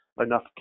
enough